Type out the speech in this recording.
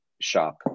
shop